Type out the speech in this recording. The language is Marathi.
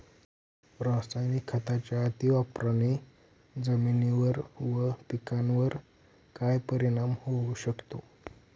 रासायनिक खतांच्या अतिवापराने जमिनीवर व पिकावर काय परिणाम होऊ शकतो?